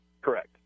Correct